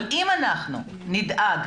אם אנחנו נדאג,